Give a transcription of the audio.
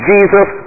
Jesus